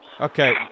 Okay